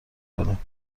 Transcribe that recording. کنیم